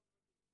רוב רגיל.